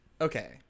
Okay